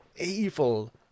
evil